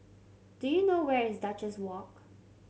do you know where is Duchess Walk